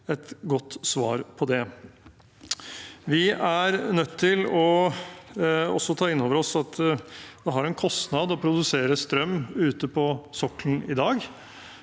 et godt svar på det. Vi er nødt til også å ta inn over oss at det har en kostnad å produsere strøm ute på sokkelen i dag.